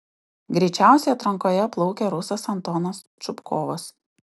greičiausiai atrankoje plaukė rusas antonas čupkovas